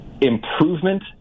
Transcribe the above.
improvement